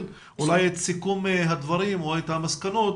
אולי את סיכום הדברים או את המסקנות